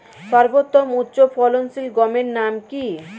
সর্বতম উচ্চ ফলনশীল গমের নাম কি?